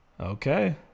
okay